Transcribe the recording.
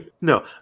No